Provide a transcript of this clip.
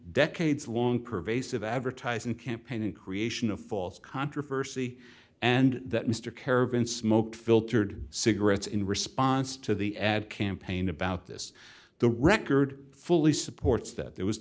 decades long pervasive advertising campaign in creation of false controversy and that mr kerrigan smoked filtered cigarettes in response to the ad campaign about this the record fully supports that there was